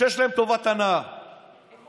כשיש להם טובת הנאה כלשהי.